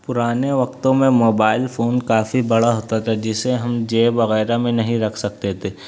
پرانے وقتوں میں موبائل فون کافی بڑا ہوتا تھا جسے ہم جیب وغیرہ میں نہیں رکھ سکتے تھے